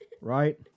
right